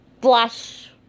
Blush